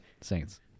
Saints